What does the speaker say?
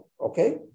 okay